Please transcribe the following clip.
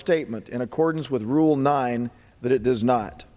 statement in accordance with rule nine that it does not